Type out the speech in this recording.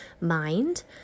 mind